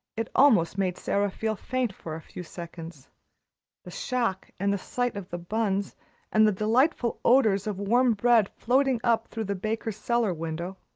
it almost made sara feel faint for a few seconds the shock and the sight of the buns and the delightful odors of warm bread floating up through the baker's cellar-window.